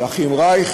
של האחים רייך,